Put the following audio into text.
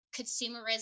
consumerism